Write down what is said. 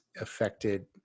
affected